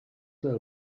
del